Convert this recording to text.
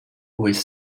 with